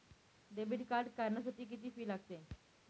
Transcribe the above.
Debit card काढण्यासाठी किती fee लागते?